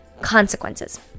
consequences